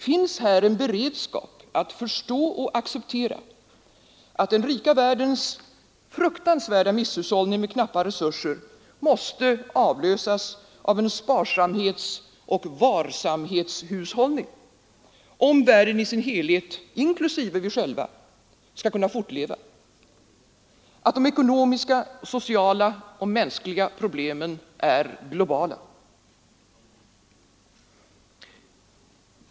Finns här en beredskap att förstå och acceptera att den rika världens fruktansvärda misshushållning med knappa resurser måste avlösas av en sparsamhetsoch varsamhetshushållning om världen i sin helhet inklusive vi själva skall kunna fortleva? Har vi insikt i att de ekonomiska, sociala och mänskliga problemen är globala?